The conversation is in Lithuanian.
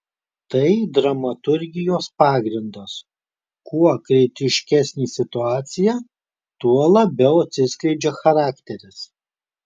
tai dramaturgijos pagrindas kuo kritiškesnė situacija tuo labiau atsiskleidžia charakteris